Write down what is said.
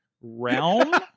realm